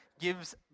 gives